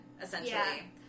essentially